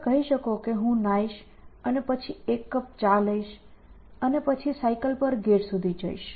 તમે કહી શકો કે હું નહાઈશ અને પછી એક કપ ચા લઈશ અને પછી સાયકલ પર ગેટ સુધી જઈશ